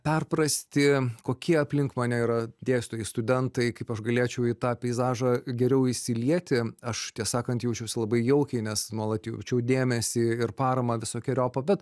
perprasti kokie aplink mane yra dėstytojai studentai kaip aš galėčiau į tą peizažą geriau įsilieti aš tiesą sakant jaučiausi labai jaukiai nes nuolat jaučiau dėmesį ir paramą visokeriopą bet